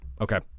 Okay